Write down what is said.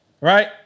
right